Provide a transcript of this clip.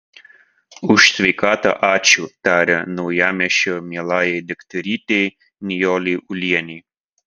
už sveikatą ačiū taria naujamiesčio mielajai daktarytei nijolei ulienei